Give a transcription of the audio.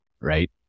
Right